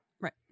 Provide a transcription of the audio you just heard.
right